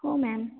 हो मॅम